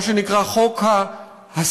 מה שנקרא חוק ההסדרה.